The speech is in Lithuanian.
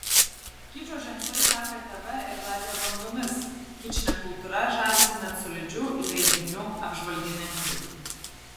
kičo ženklai teka tv ir radijo bangomis kičine kultūra žavisi net solidžių leidinių apžvalgininkai